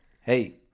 Hey